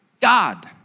God